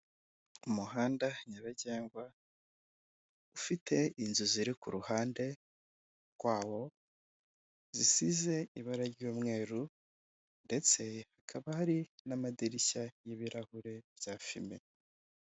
Umuhanda nyabagendwa ufite inzu ziri kuruhande rwaho zisize ibara ry'umweru ndetse hakaba hari n'amadirishya y'ibirahure bya fime.